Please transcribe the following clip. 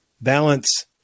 balance